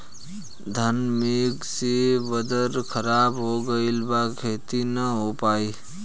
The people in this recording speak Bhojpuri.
घन मेघ से वेदर ख़राब हो गइल बा खेती न हो पाई